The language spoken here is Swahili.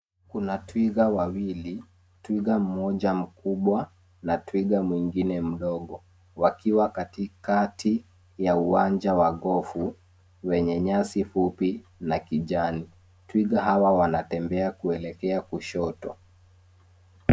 Kuna twiga wawili, twiga mmoja mkubwa na twiga mwingine mdogo wakiwa katika ya uwanja wa gofu wenye nyasi fupi na kijani. Twiga hawa wanatembea kuelekea kushoto.